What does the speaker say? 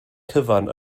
cyfan